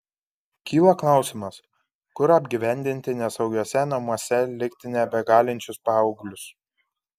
kyla klausimas kur apgyvendinti nesaugiuose namuose likti nebegalinčius paauglius